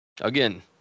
Again